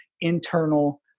internal